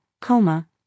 coma